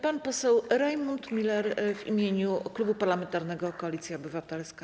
Pan poseł Rajmund Miller w imieniu Klubu Parlamentarnego Koalicja Obywatelska.